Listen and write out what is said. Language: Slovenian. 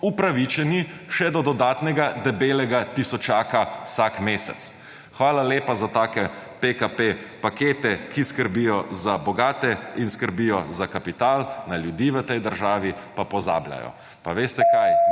upravičeni še do dodatnega debelega tisočaka vsak mesec. Hvala lepa za take PKP pakete, ki skrbijo za bogate in skrbijo za kapital, na ljudi v tej državi pa pozabljajo. Ali veste kaj?